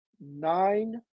nine